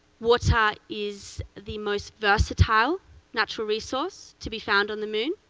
water is the most versatile natural resource to be found on the moon.